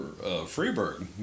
Freeburg